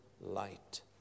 light